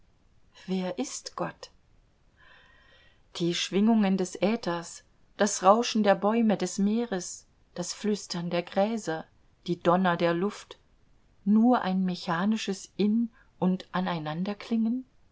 wer ist gott die schwingungen des äthers das rauschen der bäume des meeres das flüstern der gräser die donner der luft nur ein mechanischen in und